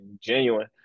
genuine